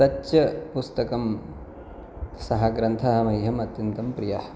तच्च पुस्तकं सः ग्रन्थः मह्यम् अत्यन्तं प्रियः